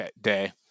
Day